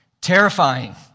terrifying